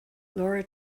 laura